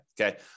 Okay